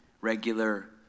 regular